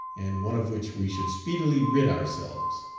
and one of which we should speedily rid ourselves.